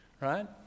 right